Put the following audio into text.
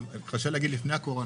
קשה להגיד "לפני הקורונה",